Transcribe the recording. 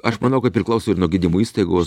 aš manau kad priklauso ir nuo gydymo įstaigos